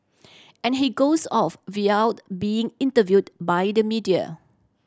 and he goes off without being interviewed by the media